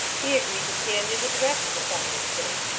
he agreed to stand in with the rest of us on this thing!